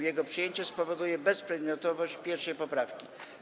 Jego przyjęcie spowoduje bezprzedmiotowość 1. poprawki.